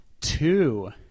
two